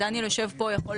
דניאל יושב פה הוא יכול